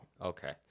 okay